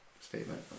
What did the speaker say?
statement